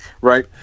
right